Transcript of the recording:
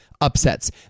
upsets